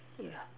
ya